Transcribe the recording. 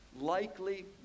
likely